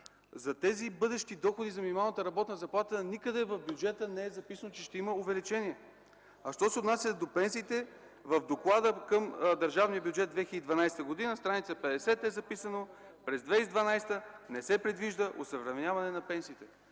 за бъдещите доходи за минималната работна заплата. Никъде в бюджета не е записано, че ще има увеличение. Що се отнася до пенсиите. В доклада към държавния Бюджет 2012 г., страница 50, е записано: „През 2012 г. не се предвижда осъвременяване на пенсиите”.